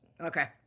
Okay